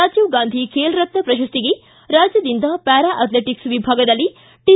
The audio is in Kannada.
ರಾಜೀವ್ ಗಾಂಧಿ ಬೇಲ್ರತ್ನ ಪ್ರಶಸ್ತಿಗೆ ರಾಜ್ಯದಿಂದ ಪ್ಯಾರಾ ಅಥ್ಲೆಟಕ್ಸ್ ವಿಭಾಗದಲ್ಲಿ ಟಿ